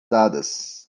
dadas